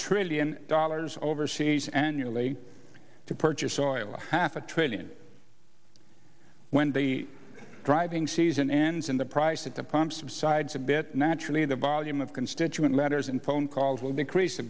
trillion dollars overseas annually to purchase oil a half a trillion when the driving season ends and the price at the pump subsides a bit naturally the volume of constituent letters and phone calls will decrease a